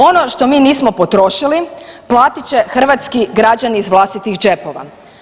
Ono što mi nismo potrošili platit će hrvatski građani iz vlastitih džepova.